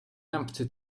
empty